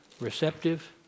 receptive